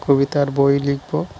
কবিতার বই লিখবো